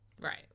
Right